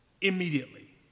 immediately